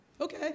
Okay